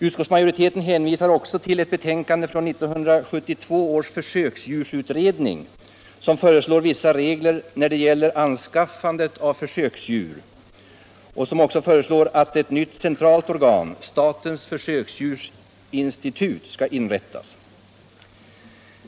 Utskottsmajoriteten hänvisar även till ett betänkande från 1972 års försöksdjursutredning, som föreslår vissa regler när det gäller anskaffandet av försöksdjur och som också föreslår att ett nytt centralt organ — statens försöksdjursinstitut — skall inrättas.